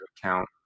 account